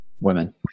Women